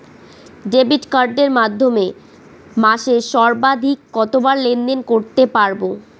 Debit কার্ডের মাধ্যমে মাসে সর্বাধিক কতবার লেনদেন করতে পারবো?